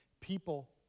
people